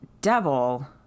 devil